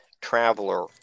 traveler